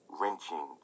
wrenching